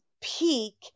peak